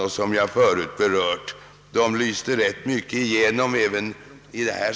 Också herr Bohman efterlyste alternativ.